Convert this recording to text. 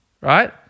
right